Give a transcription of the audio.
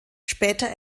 später